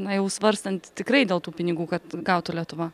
na jau svarstant tikrai dėl tų pinigų kad gautų lietuva